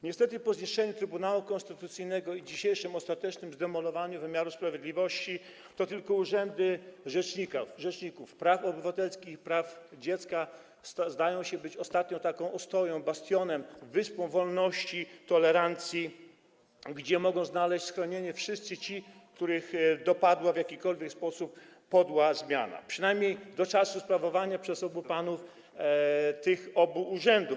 Niestety po zniszczeniu Trybunału Konstytucyjnego i dzisiejszym ostatecznym zdemolowaniu wymiaru sprawiedliwości tylko urzędy rzeczników praw obywatelskich i praw dziecka zdają się być ostatnią ostoją, bastionem, wyspą wolności, tolerancji, gdzie mogą znaleźć schronienie wszyscy ci, których dopadła w jakikolwiek sposób podła zmiana, przynajmniej do czasu sprawowania przez obu panów tych obu urzędów.